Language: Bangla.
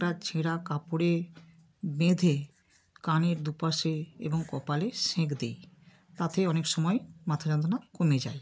একটা ছেঁড়া কাপড়ে বেঁধে কানের দুপাশে এবং কপালে সেঁক দিই তাতে অনেক সময় মাথা যন্ত্রণা কমে যায়